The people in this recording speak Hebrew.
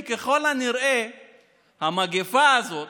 כי ככל הנראה המגפה הזאת